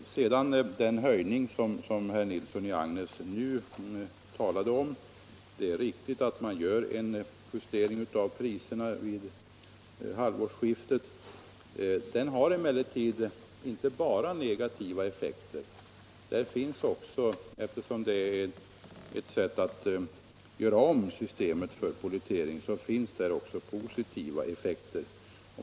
Herr Nilsson i Agnäs talade om den nya höjningen. Det är riktigt att man gör en justering av priserna vid halvårsskiftet. Höjningen har emellertid inte bara negativa effekter. Eftersom det är ett sätt att göra om systemet för pollettering, finns där också positiva effekter.